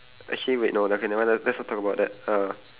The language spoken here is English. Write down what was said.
actually wait no okay never mind let let's not talk about that uh